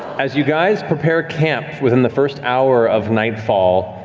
as you guys prepare camp within the first hour of nightfall,